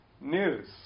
news